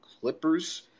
clippers